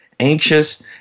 anxious